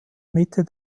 mitte